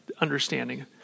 understanding